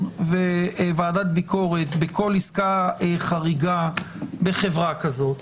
וועדת ביקורת בכל עסקה חריגה בחברה כזאת,